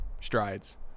strides